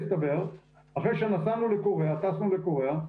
אחרי שטסנו לקוריאה,